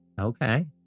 okay